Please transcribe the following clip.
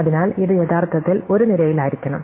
അതിനാൽ ഇത് യഥാർത്ഥത്തിൽ ഒരു നിരയിലായിരിക്കണം